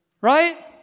Right